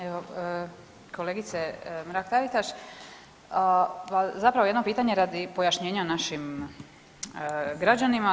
Evo kolegice Mrak-Taritaš, zapravo jedno pitanje radi pojašnjenja našim građanima.